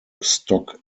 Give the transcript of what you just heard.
stock